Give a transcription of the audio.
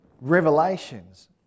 revelations